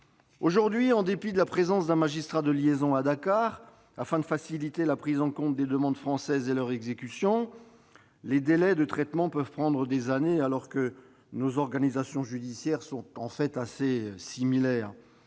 Aujourd'hui, en dépit de la présence d'un magistrat de liaison à Dakar, dont le rôle est de faciliter la prise en compte des demandes françaises et leur exécution, les délais de traitement peuvent atteindre des années, alors que nos organisations judiciaires sont en fait assez similaires.